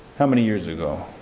how many years ago?